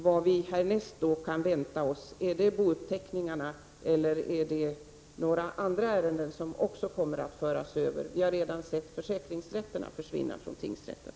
Vad kommer härnäst, blir det bouppteckningarna eller är det några andra ärenden som kommer att föras över? Vi har redan sett försäkringsmålen försvinna från tingsrätterna.